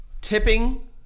Tipping